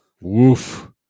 Woof